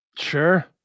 sure